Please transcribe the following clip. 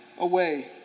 away